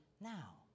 now